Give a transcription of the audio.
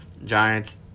Giants